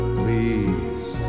please